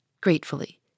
gratefully